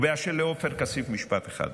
משפט אחד.